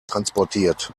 transportiert